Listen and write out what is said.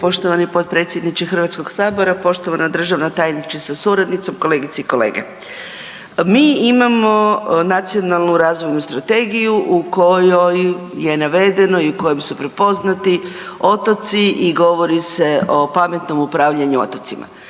poštovani potpredsjedniče HS-a. Poštovana državna tajnice sa suradnicom, kolegice i kolege. Mi imamo Nacionalnu razvojnu strategiju u kojoj je navedeno i u kojoj su prepoznati otoci i govori se o pametnom upravljanju otocima.